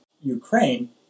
Ukraine